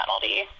penalty